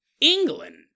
England